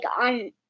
on